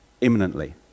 imminently